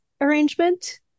arrangement